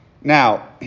Now